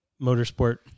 motorsport